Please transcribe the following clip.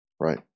Right